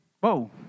Whoa